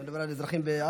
אתה מדבר על האזרחים בעזה?